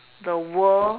the world